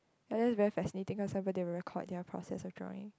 ya that's very fascinating cause people they will record their process of drawing